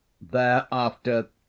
Thereafter